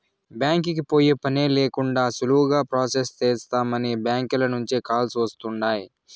బ్యాంకీకి పోయే పనే లేకండా సులువుగా ప్రొసెస్ చేస్తామని బ్యాంకీల నుంచే కాల్స్ వస్తుండాయ్